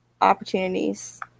Opportunities